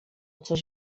coś